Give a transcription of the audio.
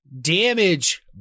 damage